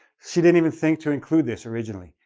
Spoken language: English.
she didn't even think to include this, originally.